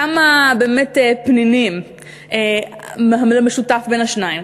כמה, באמת, פנינים על המשותף בין השניים.